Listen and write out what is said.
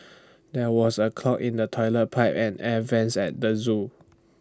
there was A clog in the Toilet Pipe and the air Vents at the Zoo